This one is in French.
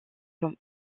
comme